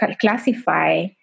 classify